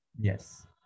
Yes